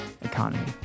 economy